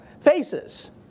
faces